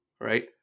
right